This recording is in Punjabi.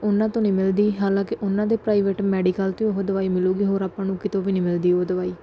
ਉਹਨਾਂ ਤੋਂ ਨਹੀਂ ਮਿਲਦੀ ਹਾਲਾਂਕਿ ਉਹਨਾਂ ਦੇ ਪ੍ਰਾਈਵੇਟ ਮੈਡੀਕਲ ਤੋਂ ਉਹ ਦਵਾਈ ਮਿਲੇਗੀ ਹੋਰ ਆਪਾਂ ਨੂੰ ਕਿਤੋਂ ਵੀ ਨਹੀਂ ਮਿਲਦੀ ਉਹ ਦਵਾਈ